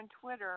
Twitter